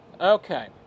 Okay